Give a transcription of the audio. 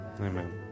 Amen